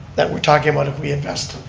that we're talking about if we invest,